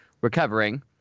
recovering